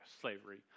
slavery